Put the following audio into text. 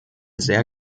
sehr